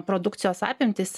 produkcijos apimtys